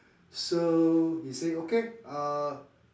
so he say okay uh